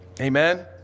Amen